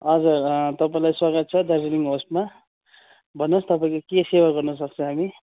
हजुर तपाईँलाई स्वागत छ दार्जिलिङ होस्टमा भन्नुहोस् तपाईँको के सेवा गर्नसक्छौँ हामी